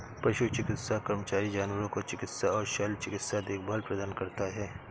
पशु चिकित्सा कर्मचारी जानवरों को चिकित्सा और शल्य चिकित्सा देखभाल प्रदान करता है